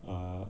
err